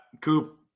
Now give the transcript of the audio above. Coop